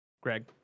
Greg